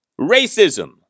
racism